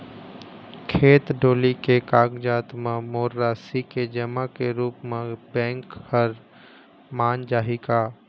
खेत डोली के कागजात म मोर राशि के जमा के रूप म बैंक हर मान जाही का?